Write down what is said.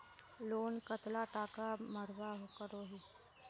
Loan कतला टाका भरवा करोही?